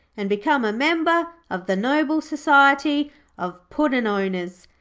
and become a member of the noble society of puddin'-owners.